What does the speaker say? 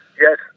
Yes